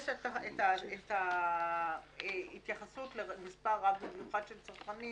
יש את ההתייחסות למספר רב במיוחד של צרכנים